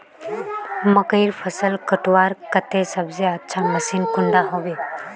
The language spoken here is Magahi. मकईर फसल कटवार केते सबसे अच्छा मशीन कुंडा होबे?